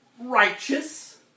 righteous